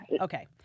Okay